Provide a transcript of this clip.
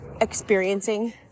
experiencing